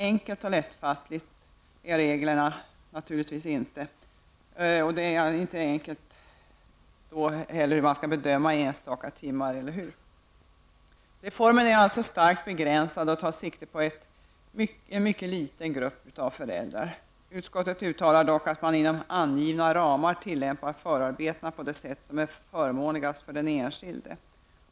Enkla och lättfattliga är reglerna naturligtvis inte för hur man skall bedöma enstaka timmar -- eller hur? Reformen är alltså starkt begränsad, och den är inriktad på en mycket liten grupp föräldrar. Utskottet uttalar dock att man inom angivna ramar tillämpar vad som sägs i förarbetena på det sätt som är förmånligast för den enskilde.